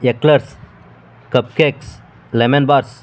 eclairs cup cakes lemon bars